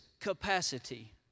capacity